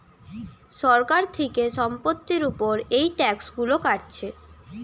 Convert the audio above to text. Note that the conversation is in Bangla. সরকার থিকে সম্পত্তির উপর এই ট্যাক্স গুলো কাটছে